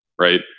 right